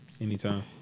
Anytime